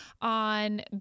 on